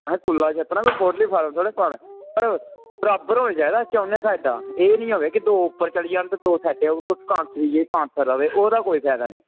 असें कुल्ला छत्तना कोई पोल्ट्री फार्म उप्पर थोह्ड़े पाना पर बराबर होना चाहिदा चौनी साइडां एह् निं होऐ कि दो उप्पर चली जान ते दो साइडें उप्पर कानसर रवै ओह्दा कोई फैदा नेईं